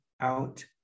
Out